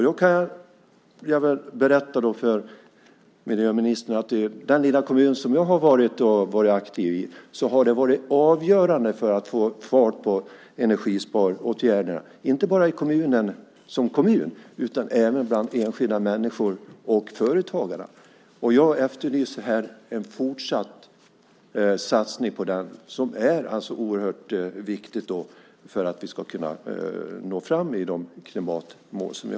Jag kan berätta för miljöministern att för den lilla kommun som jag har varit aktiv i har det varit avgörande för att få fart på energisparåtgärderna, inte bara i själva kommunen utan även bland enskilda människor och företagare. Jag efterlyser en fortsatt satsning på detta som är oerhört viktigt för att vi ska nå klimatmålen.